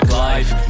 life